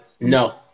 no